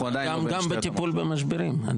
גם בטיפול במשברים.